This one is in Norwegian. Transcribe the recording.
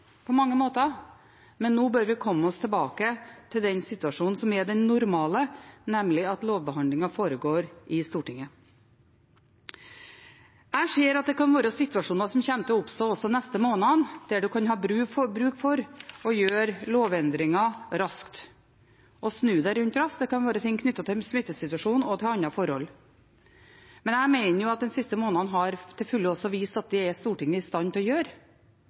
på mange måter, men nå bør vi komme oss tilbake til den situasjonen som er den normale, nemlig at lovbehandlingen foregår i Stortinget. Jeg ser at det kan oppstå situasjoner også de neste månedene der en kan ha bruk for å gjøre lovendringer raskt, og der en kan ha bruk for å kunne snu seg rundt raskt. Det kan være knyttet til smittesituasjonen og andre forhold. Men jeg mener at de siste månedene til fulle har vist at det er Stortinget i stand til å gjøre.